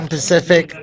Pacific